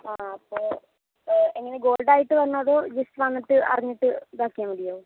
ആ അപ്പോൾ എങ്ങനെ ഗോൾഡായിട്ടു വരണോ അതോ ജസ്റ്റ് വന്നിട്ട് അറിഞ്ഞിട്ടു ഇതാക്കിയാൽ മതിയോ